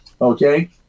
okay